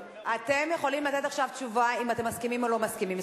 אתם יכולים לתת עכשיו תשובה אם אתם מסכימים או לא מסכימים.